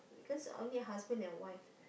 because only husband and wife